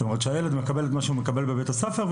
זאת אומרת הילד מקבל את מה שהוא מקבל בבית הספר,